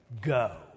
go